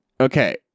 Okay